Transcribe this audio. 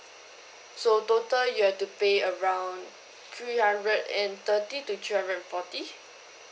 so total you have to pay around three hundred and thirty to three hundred and forty